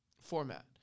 format